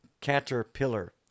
caterpillar